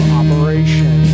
operation